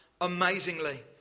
Amazingly